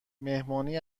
مهمانی